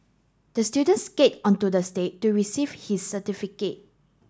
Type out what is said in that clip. the student skate onto the stage to receive his certificate